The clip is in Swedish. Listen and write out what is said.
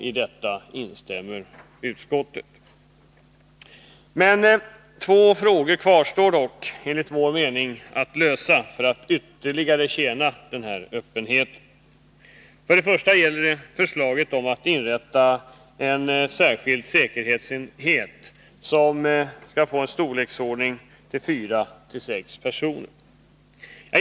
I detta instämmer utskottet. Enligt vår mening kvarstår dock två frågor att lösa för att ytterligare främja denna öppenhet. För det första gäller det förslaget om att inrätta en särskild säkerhetsenhet om fyra till sex personer.